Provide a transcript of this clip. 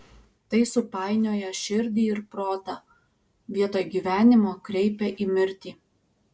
tai supainioja širdį ir protą vietoj gyvenimo kreipia į mirtį